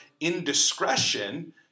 indiscretion